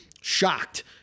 shocked